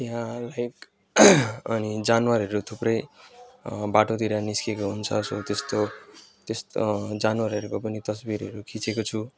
त्यहाँ बाहेक अनि जानवरहरू थुप्रै बाटोतिर निस्किएको हुन्छ सो त्यस्तो त्यस्तो जानवरहरूको पनि तस्बिरहरू पनि खिचेको छु